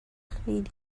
خیلی